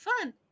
Fun